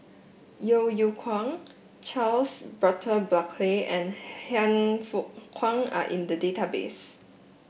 Yeo Yeow Kwang Charles Burton Buckley and Han Fook Kwang are in the database